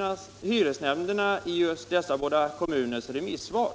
vad hyresnämnderna i just dessa båda kommuner har anfört i sina remissvar.